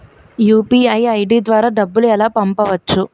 UPI ID ద్వారా డబ్బులు ఎలా పంపవచ్చు?